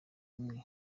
imwe